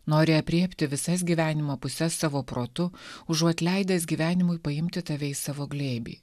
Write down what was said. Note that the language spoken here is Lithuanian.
nori aprėpti visas gyvenimo puses savo protu užuot leidęs gyvenimui paimti tave į savo glėbį